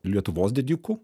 lietuvos didikų